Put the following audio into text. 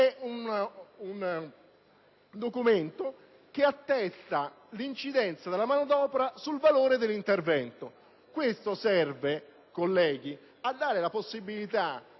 è un documento che attesta l'incidenza della manodopera sul valore dell'intervento e ciò serve a dare la possibilità